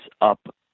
up